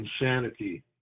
insanity